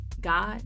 God